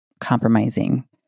compromising